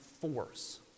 force